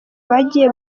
bagiye